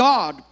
God